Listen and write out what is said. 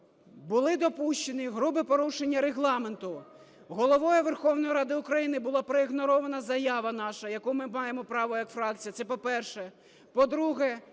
були допущені грубі порушення Регламенту. Головою Верховної Ради України була проігнорована заява наша, на яку ми маємо право як фракція, це по-перше.